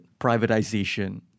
privatization